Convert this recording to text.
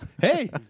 Hey